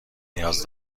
نیاز